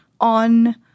on